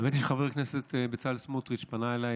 האמת היא שחבר הכנסת בצלאל סמוטריץ' פנה אליי